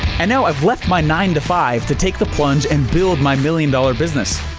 and now i've left by nine-to-five to take the plunge and build my million-dollar business.